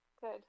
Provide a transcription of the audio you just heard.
Good